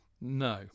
No